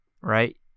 Right